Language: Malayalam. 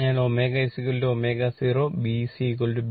അതിനാൽ ωω0 B CB L YG